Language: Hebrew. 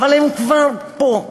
הם כבר פה.